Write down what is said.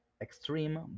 extreme